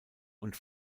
und